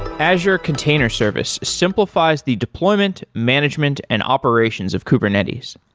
azure container service simplifies the deployment, management and operations of kubernetes.